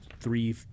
three